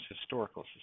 Historical